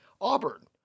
Auburn